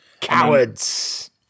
cowards